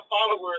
followers